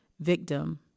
victim